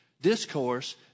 discourse